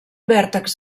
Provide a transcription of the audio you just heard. vèrtex